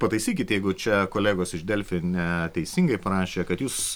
pataisykit jeigu čia kolegos iš delfi neteisingai parašė kad jūs